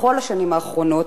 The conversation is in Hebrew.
בכל השנים האחרונות,